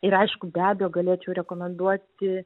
ir aišku be abejo galėčiau rekomenduoti